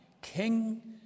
king